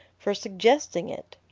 for suggesting it.